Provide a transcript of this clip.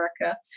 America